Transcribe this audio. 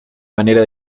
manera